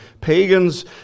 pagans